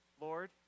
Lord